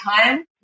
time